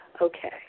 Okay